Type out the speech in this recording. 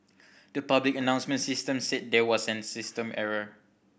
the public announcement system said there was a system error